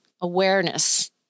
awareness